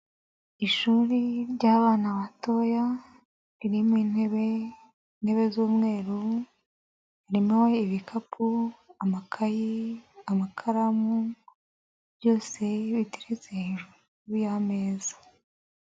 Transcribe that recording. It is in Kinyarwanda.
Ishuri ry'abana batoya ririmo intebe. Intebe z'umweru, ririmo ibikapu, amakayi, amakaramu, byose biteretse hejuru y'ameza.